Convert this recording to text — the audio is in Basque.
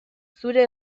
zure